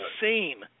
insane